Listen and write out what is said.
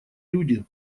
люди